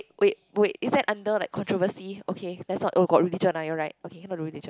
wait wait is that under like controversy okay let's not oh got religion ah you're right okay cannot talk about religion